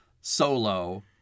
solo